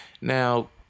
now